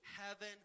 heaven